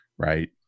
Right